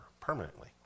permanently